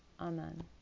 Amen